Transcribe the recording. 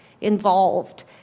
involved